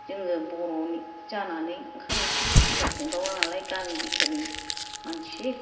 जोङो बर' जानानै ओंखाम ओंख्रि बुरजा संदावग्रा नालाय गामि बिथोरनि मानसि